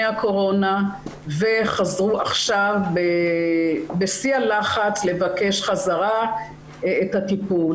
הקורונה וחזרו עכשיו בשיא הלחץ לבקש חזרה את הטיפול.